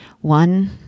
One